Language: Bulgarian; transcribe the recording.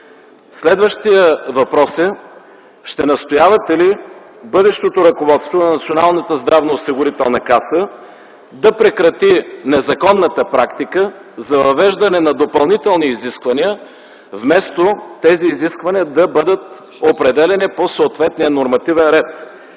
Следващият въпрос е: ще настоявате ли бъдещото ръководство на Националната здравноосигурителна каса да прекрати незаконната практика за въвеждане на допълнителни изисквания, вместо тези изисквания да бъдат определяни по съответния нормативен ред?